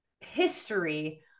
history